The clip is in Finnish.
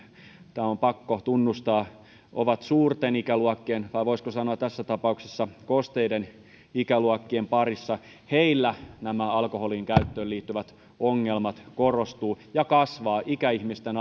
tämä on pakko tunnustaa ovat suurten ikäluokkien tai voisiko sanoa tässä tapauksessa kosteiden ikäluokkien parissa heillä nämä alkoholinkäyttöön liittyvät ongelmat korostuvat ja kasvavat ikäihmisten